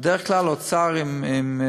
בדרך כלל האוצר עם בריאות,